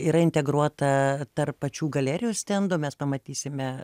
yra integruota tarp pačių galerijų stendo mes pamatysime